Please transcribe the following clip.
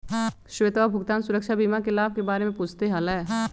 श्वेतवा भुगतान सुरक्षा बीमा के लाभ के बारे में पूछते हलय